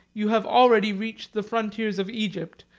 you have already reached the frontiers of egypt,